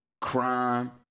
crime